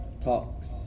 talks